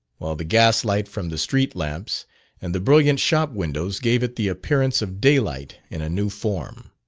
while the gas light from the street lamps and the brilliant shop windows gave it the appearance of day-light in a new form.